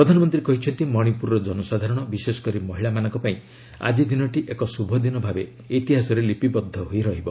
ପ୍ରଧାନମନ୍ତ୍ରୀ କହିଛନ୍ତି ମଣିପୁରର କନସାଧାରଣ ବିଶେଷକରି ମହିଳାମାନଙ୍କ ପାଇଁ ଆଜି ଦିନଟି ଏକ ଶୁଭଦିନ ଭାବେ ଇତିହାସରେ ଲିପିବଦ୍ଧ ହୋଇ ରହିବ